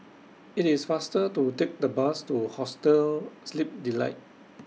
IT IS faster to Take The Bus to Hostel Sleep Delight